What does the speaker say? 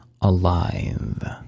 alive